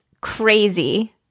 crazy